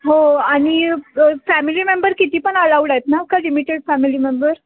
हो आणि family member किती पण अलाऊड आहेत ना का लिमिटेड फॅमिली मेंबर